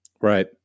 Right